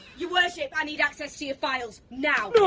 your worship! i need access to your files, now!